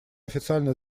официально